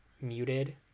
muted